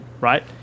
Right